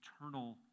eternal